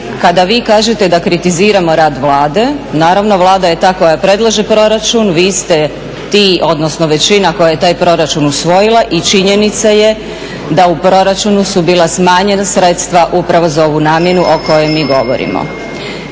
Kada vi kažete da kritiziramo rad Vlade, naravno Vlada je ta koja predlaže proračun, vi ste ti, odnosno većina koja je taj proračun usvojila i činjenica je da u proračunu su bila smanjena sredstva upravo za ovu namjenu o kojoj mi govorimo.